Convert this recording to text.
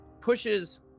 pushes